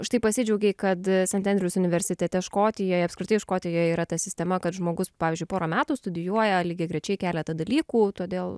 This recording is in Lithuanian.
štai pasidžiaugei kad sent endrius universitete škotijoje apskritai škotijoj yra ta sistema kad žmogus pavyzdžiui pora metų studijuoja lygiagrečiai keleta dalykų todėl